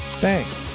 Thanks